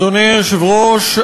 אדוני היושב-ראש,